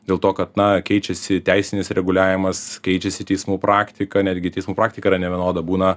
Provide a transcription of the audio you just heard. dėl to kad na keičiasi teisinis reguliavimas keičiasi teismų praktika netgi teismų praktika yra nevienoda būna